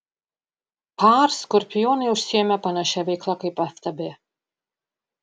par skorpionai užsiėmė panašia veikla kaip ftb